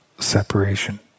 separation